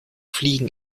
fliegen